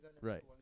right